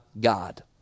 God